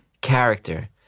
character